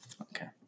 Okay